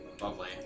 lovely